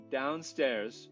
downstairs